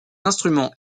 instrument